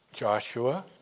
Joshua